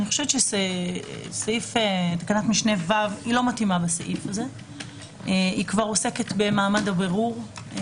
אני חושבת שתקנת משנה ו לא מתאימה לסעיף הזה כי היא עוסקת במעמד הבירור.